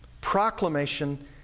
proclamation